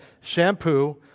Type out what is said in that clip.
shampoo